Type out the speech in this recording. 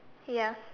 yes